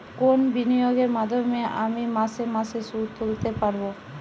কোন বিনিয়োগের মাধ্যমে আমি মাসে মাসে সুদ তুলতে পারবো?